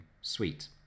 sweet